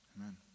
amen